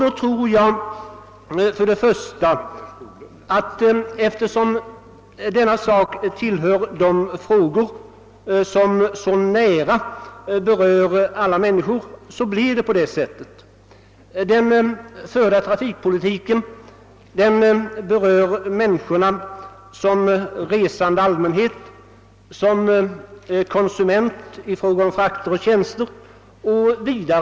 Jag tror att det för det första beror på att dessa problem tillhör dem som mycket nära berör alla människor. Trafikpolitiken berör människorna som resande allmänhet och som konsumenter vad gäller frakter och tjänster.